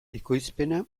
ekoizpena